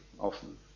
often